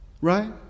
right